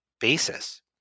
basis